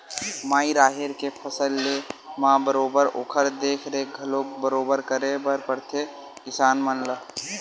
माई राहेर के फसल लेय म बरोबर ओखर देख रेख घलोक बरोबर करे बर परथे किसान मन ला